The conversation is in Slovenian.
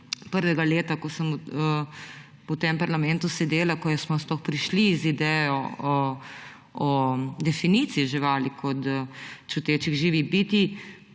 prvega leta, ko sem v tem parlamentu sedela, ko smo sploh prišli z idejo o definiciji živali kot čutečih živih bitij,